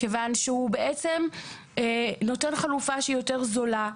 כיוון שהוא בעצם נותן חלופה שהיא יותר זולה,